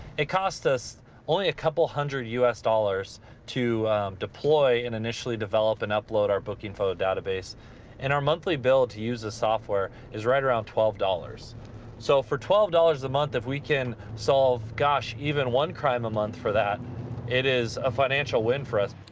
it cost us only a couple hundred us dollars to deploy and initially develop and upload our booking photo database and our monthly bill to use the software is right around twelve dollars so for twelve dollars a month if we can solve gosh even one crime a month for that it is a financial win for us.